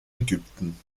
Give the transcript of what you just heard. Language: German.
ägypten